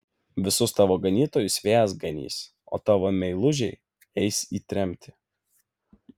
visus tavo ganytojus vėjas ganys o tavo meilužiai eis į tremtį